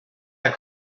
der